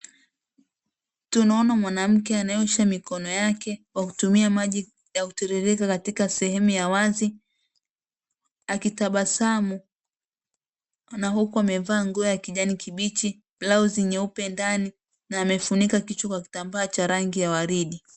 Tunaona mwanamke anayeosha mikono yake kwa kutumia maji yakutiririka katika sehemu ya wazi, akitabasamu na huku amevaa nguo ya kijani kibichi, blausi nyeupe ndani na amefunika kichwa kwa kitambaa cha rangi ya waridi.